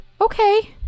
okay